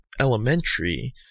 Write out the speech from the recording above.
elementary